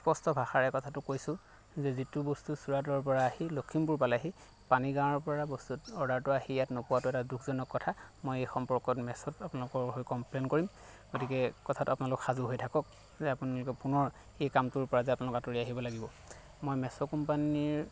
স্পষ্ট ভাষাৰে কথাটো কৈছোঁ যে যিটো বস্তু চুৰাটৰ পৰা আহি লখিমপুৰ পালেহি পানীগাঁৱৰ পৰা বস্তুটো অৰ্ডাৰটো আহি ইয়াত নোপোৱাটো এটা দুখজনক কথা মই এই সৰ্ম্পকত মেছ'ত আপোনালোকৰ হৈ কমপ্লেইন কৰিম গতিকে কথাটো আপোনালোক সাজু হৈ থাকক যে আপোনালোকে পুনৰ এই কামটোৰ পৰা যে আপোনালোক আঁতৰি আহিব লাগিব মই মেছ' কোম্পানীৰ